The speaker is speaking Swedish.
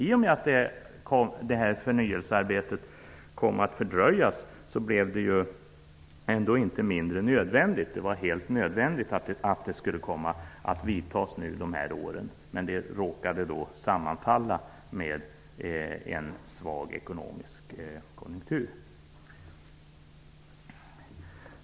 I och med att förnyelsearbetet kom att fördröjas blev det ändå inte mindre nödvändigt. Det var helt nödvändigt att vidta åtgärder nu. Det råkade sammanfalla med en svag ekonomisk konjunktur.